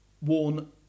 worn